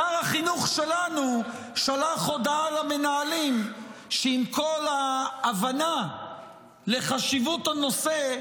שר החינוך שלנו שלח הודעה למנהלים שעם כל ההבנה לחשיבות הנושא,